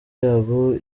yabo